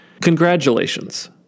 Congratulations